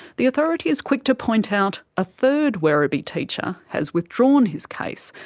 the authority is quick to point out a third werribee teacher has withdrawn his case,